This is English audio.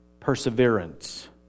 Perseverance